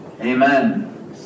Amen